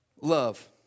love